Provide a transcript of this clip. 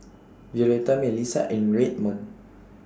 Violetta Melissa and Redmond